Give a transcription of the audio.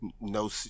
no